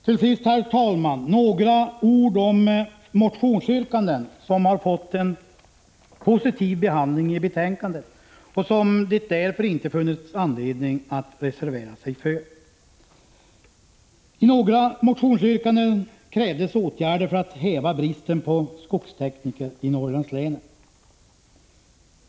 Till sist, herr talman, några ord om motionsyrkanden som har fått en positiv behandling i betänkandet och som det därför inte funnits anledning att reservera sig för. I några motionsyrkanden krävdes åtgärder för att häva bristen på skogstekniker i Norrlandslänen.